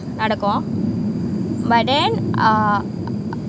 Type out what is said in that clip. நடக்கும்:nadakum but then uh